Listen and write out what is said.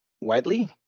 widely